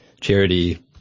charity